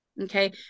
Okay